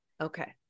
Okay